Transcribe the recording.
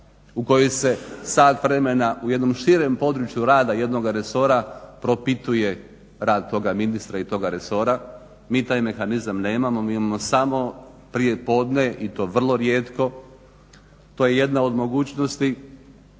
u koji se sat vremena u jednom širem području rada jednoga resora propituje rad toga ministra i toga resora. Mi taj mehanizam nemamo, mi imamo samo prijepodne i to vrlo rijetko. To je jedna od mogućnosti.